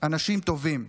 אנשים טובים,